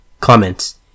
Comments